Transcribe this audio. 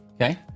okay